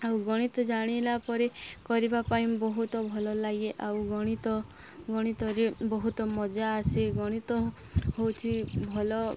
ଆଉ ଗଣିତ ଜାଣିଲା ପରେ କରିବା ପାଇଁ ବହୁତ ଭଲ ଲାଗେ ଆଉ ଗଣିତ ଗଣିତରେ ବହୁତ ମଜା ଆସେ ଗଣିତ ହଉଛି ଭଲ